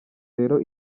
rero